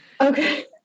Okay